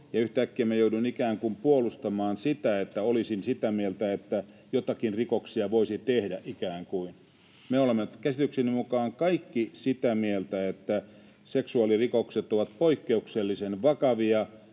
ikään kuin puolustamaan sitä, että olisin sitä mieltä, että ikään kuin joitakin rikoksia voisi tehdä. Me olemme käsitykseni mukaan kaikki sitä mieltä, että seksuaalirikokset ovat poikkeuksellisen vakavia,